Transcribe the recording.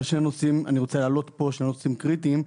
אני רוצה להעלות פה שני נושאים קריטיים.